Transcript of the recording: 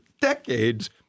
decades